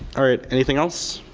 alright anything else?